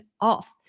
off